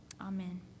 Amen